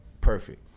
perfect